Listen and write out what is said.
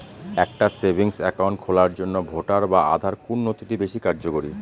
একটা savings account খোলার জন্য ভোটার বা আধার কোন নথিটি বেশী কার্যকরী?